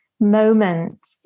Moment